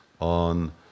On